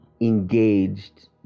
engaged